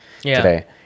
today